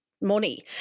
money